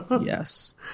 Yes